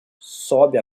sobe